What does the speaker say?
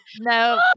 No